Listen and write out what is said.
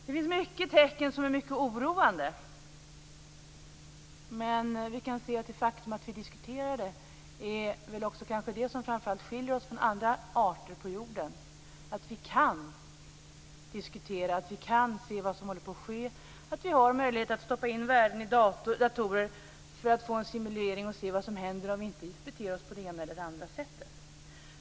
Det finns många tecken som är mycket oroande, men det faktum att vi diskuterar det är väl också kanske det som framför allt skiljer oss från andra arter på jorden: Vi kan diskutera, vi kan se vad som håller på att ske och vi har möjlighet att stoppa in värden i datorer för att få en simulering och se vad som händer om vi beter oss på det ena eller andra sättet.